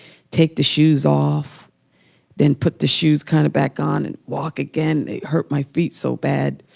take the shoes off then put the shoes kind of back on and walk again, they'd hurt my feet so bad.